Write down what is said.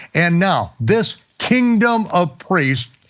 and now this kingdom of priests